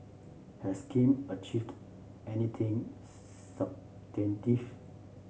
has Kim achieved anything